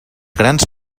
grans